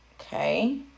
okay